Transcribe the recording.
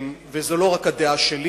וזו לא רק הדעה שלי.